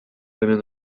women